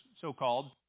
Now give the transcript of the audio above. so-called